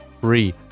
free